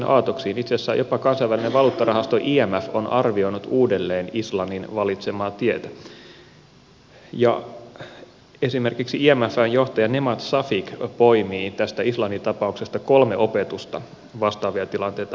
itse asiassa jopa kansainvälinen valuuttarahasto imf on arvioinut uudelleen islannin valitsemaa tietä ja esimerkiksi imfn johtaja nemat shafik poimii tästä islannin tapauksesta kolme opetusta vastaavia tilanteita varten